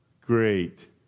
great